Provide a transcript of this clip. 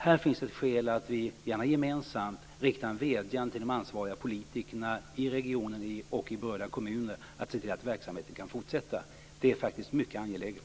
Här finns det skäl att vi, gärna gemensamt, riktar en vädjan till de ansvariga politikerna i regionen och i berörda kommuner att se till att verksamheten kan fortsätta. Det är mycket angeläget.